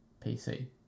PC